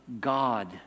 God